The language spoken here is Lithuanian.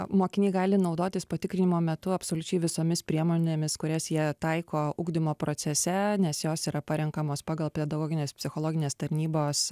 mokiniai gali naudotis patikrinimo metu absoliučiai visomis priemonėmis kurias jie taiko ugdymo procese nes jos yra parenkamos pagal pedagoginės psichologinės tarnybos